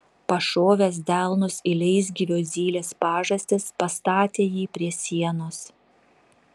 pašovęs delnus į leisgyvio zylės pažastis pastatė jį prie sienos